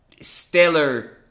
stellar